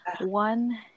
one